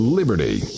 liberty